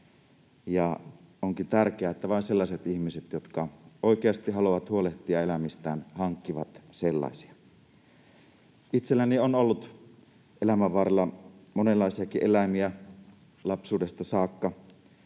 onkin tärkeää, että vain sellaiset ihmiset, jotka oikeasti haluavat huolehtia eläimistään, hankkivat sellaisia. Itselläni on ollut elämän varrella monenlaisiakin eläimiä, lapsuudesta saakka: